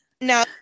Now